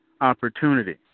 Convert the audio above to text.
opportunity